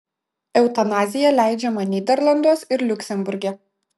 eutanazija leidžiama nyderlanduos ir liuksemburge